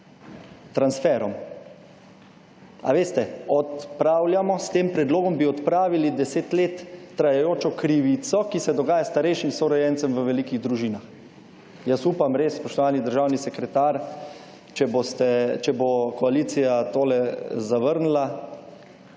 transferom. Ali veste, odpravljamo, s tem predlogom bi odpravili 10 let trajajočo krivico, ki se dogaja starejšim sorojencem v velikih družinah. Jaz upam, res, spoštovani državni sekretar, če boste, če ob koalicija tole zavrnila,